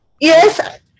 Yes